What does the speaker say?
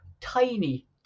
tiny